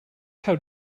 how